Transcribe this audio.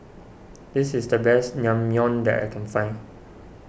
this is the best Naengmyeon that I can find